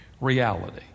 reality